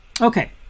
Okay